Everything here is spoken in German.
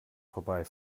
vorbei